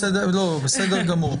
בסדר גמור.